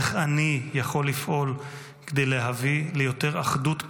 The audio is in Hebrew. איך אני יכול לפעול כדי להביא ליותר אחדות בעם,